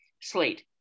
slate